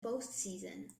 postseason